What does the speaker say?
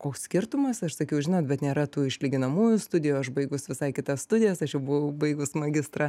koks skirtumas aš sakiau žinot bet nėra tų išlyginamųjų studijų aš baigus visai kitas studijas aš jau buvau baigus magistrą